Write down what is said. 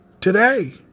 today